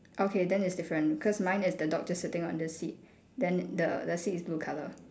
okay then it's different cause mine is the dog just sitting on the seat then the the seat is blue colour